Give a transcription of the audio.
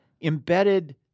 embedded